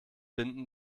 binden